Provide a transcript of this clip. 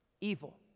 evil